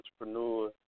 entrepreneur